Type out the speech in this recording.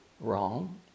Wrong